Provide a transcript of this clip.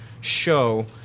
show